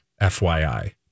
FYI